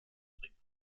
bringen